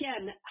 again